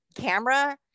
camera